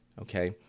Okay